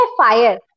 fire